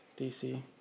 DC